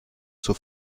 zur